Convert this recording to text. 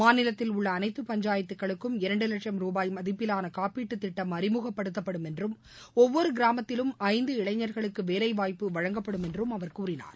மாநிலத்தில் உள்ள அனைத்து பஞ்சாயத்துக்களுக்கும் இரண்டு லட்சும் ரூபாய் மதிப்பிலான காப்பீட்டுத் திட்டம் அறிமுகப்படுத்தப்படும் என்றும் ஒவ்வொரு கிராமத்திலும் ஐந்து இளைஞர்களுக்கு வேலை வாய்ப்பு வழங்கப்படும் என்றும் அவர் கூறினார்